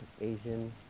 Asian